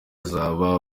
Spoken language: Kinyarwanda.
azaba